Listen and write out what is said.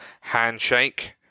handshake